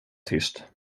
tyst